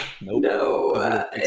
No